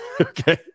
Okay